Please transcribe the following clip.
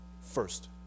first